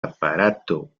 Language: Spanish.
aparato